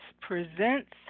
presents